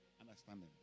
understanding